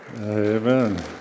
amen